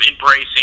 embracing